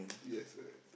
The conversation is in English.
yes and